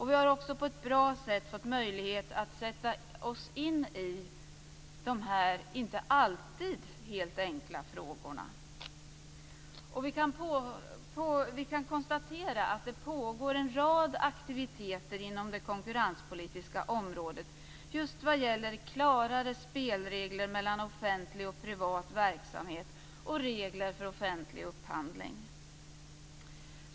Vi har också på ett bra sätt fått möjlighet att sätta oss in i dessa inte alltid helt enkla frågor. Vi kan konstatera att det pågår en rad aktiviteter inom det konkurrenspolitiska området just vad gäller klarare spelregler mellan offentlig och privat verksamhet och regler för offentlig upphandling.